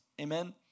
Amen